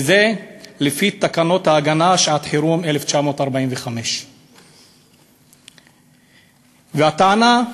וזה לפי תקנות ההגנה (שעת חירום), 1945. והטענה: